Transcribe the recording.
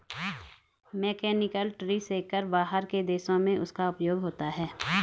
mechanical tree shaker बाहर के देशों में उसका उपयोग होता है